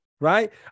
right